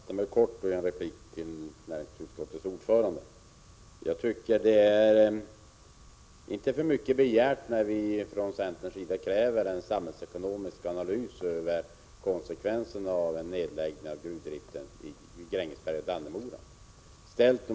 Herr talman! Eftersom kvällen är sen, skall jag fatta mig kort. Jag tycker inte det är för mycket begärt när vi från centerns sida kräver en samhällsekonomisk analys av konsekvenserna av en nedläggning av gruvdriften i Grängesberg och Dannemora.